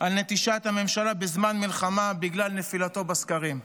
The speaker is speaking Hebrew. על נטישת הממשלה בזמן מלחמה בגלל נפילתו בסקרים.